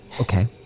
Okay